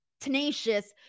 tenacious